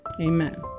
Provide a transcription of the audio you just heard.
Amen